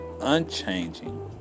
unchanging